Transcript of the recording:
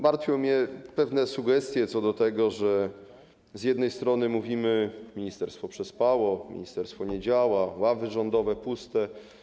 Martwią mnie pewne sugestie co do tego, że z jednej strony mówimy: ministerstwo przespało, ministerstwo nie działa, ławy rządowe puste.